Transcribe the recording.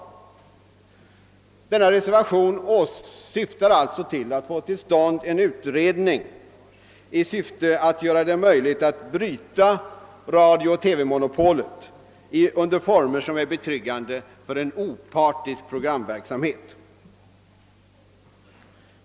Denna reservation syftar alltså till att få till stånd en utredning: i avsikt att göra det möjligt att bryta radiooch TV-monopolet under former som är betryggande för en opartisk programverksamhet.